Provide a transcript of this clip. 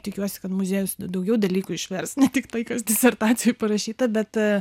tikiuosi kad muziejus daugiau dalykų išvers ne tik tai kas disertacijoj parašyta bet